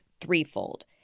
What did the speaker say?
threefold